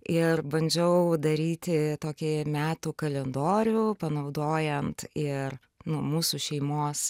ir bandžiau daryti tokį metų kalendorių panaudojant ir nu mūsų šeimos